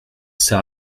sais